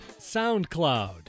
SoundCloud